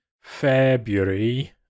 February